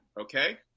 okay